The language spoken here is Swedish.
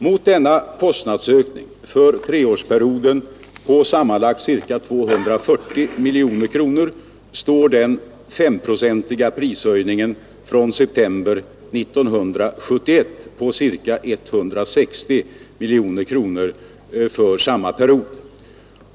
Mot denna kostnadsökning för treårsperioden på sammanlagt ca 240 miljoner kronor står den 5-procentiga prishöjningen från september 1971 på ca 160 miljoner kronor för samma period.